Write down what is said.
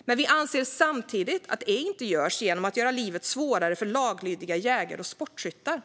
men vi anser samtidigt att det inte görs genom att man gör livet svårare för laglydiga jägare och sportskyttar.